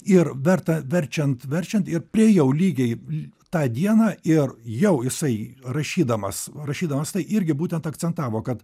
ir verta verčiant verčiant ir priėjau lygiai tą dieną ir jau jisai rašydamas rašydamas tai irgi būtent akcentavo kad